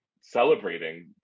celebrating